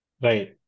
Right